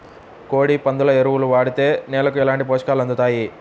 కోడి, పందుల ఎరువు వాడితే నేలకు ఎలాంటి పోషకాలు అందుతాయి